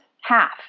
half